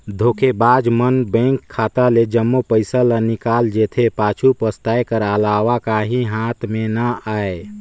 धोखेबाज मन बेंक खाता ले जम्मो पइसा ल निकाल जेथे, पाछू पसताए कर अलावा काहीं हाथ में ना आए